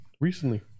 recently